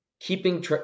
Keeping